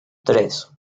tres